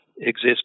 exist